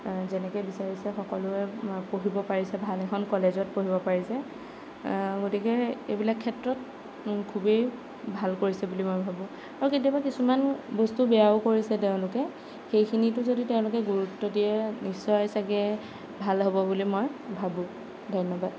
যেনেকৈ বিচাৰিছে সকলোৱে পঢ়িব পাৰিছে ভাল এখন কলেজত পঢ়িব পাৰিছে গতিকে এইবিলাক ক্ষেত্ৰত মোৰ খুবেই ভাল কৰিছে বুলি মই ভাবোঁ আৰু কেতিয়াবা কিছুমান বস্তু বেয়াও কৰিছে তেওঁলোকে সেইখিনিটো যদি তেওঁলোকে গুৰুত্ব দিয়ে নিশ্চয় চাগৈ ভাল হ'ব বুলি মই ভাবোঁ ধন্যবাদ